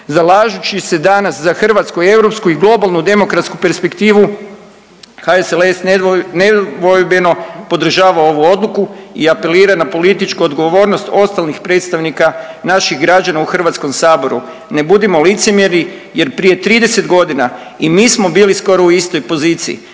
zalažući se danas za hrvatsku i europsku i globalnu demokratsku perspektivu, HSLS nedvojbeno podržava ovu odluku i apelira na političku odgovornost ostalih predstavnika naših građana u HS-u. Ne budimo licemjeri jer prije 30 godina i mi smo bili skoro u istoj poziciji.